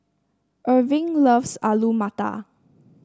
Erving loves Alu Matar